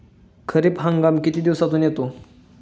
खरीप हंगाम किती दिवसातून येतात?